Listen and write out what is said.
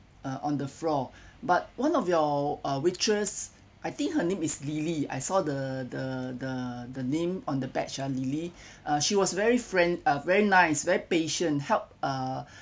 uh on the floor but one of your uh waitress I think her name is lily I saw the the the the name on the badge ah lily uh she was very friendly uh very nice very patient help uh